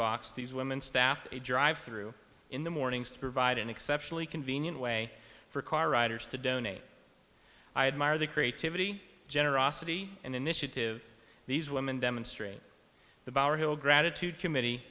box these women staffed a drive through in the mornings to provide an exceptionally convenient way for car riders to donate i admire the creativity generosity and initiative these women demonstrate the power hill gratitude committee